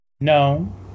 no